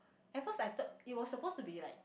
at first I thought it was supposed to be like